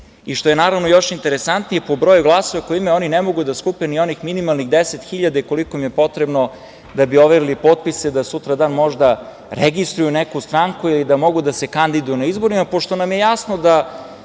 i, što je još interesantnije, po broju glasova koje imaju, oni ne mogu da skupe ni onih minimalnih 10.000, koliko im je potrebno da bi overili potpise da sutra možda registruju neku stranku ili da mogu da se kandiduju na izborima, pošto nam je jasno da